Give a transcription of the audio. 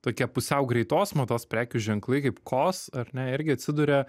tokie pusiau greitos mados prekių ženklai kaip kos ar ne irgi atsiduria